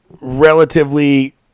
relatively